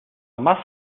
más